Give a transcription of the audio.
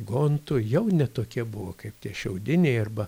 gontų jau ne tokie buvo kaip tie šiaudiniai arba